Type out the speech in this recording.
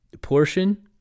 portion